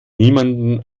niemanden